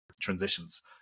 transitions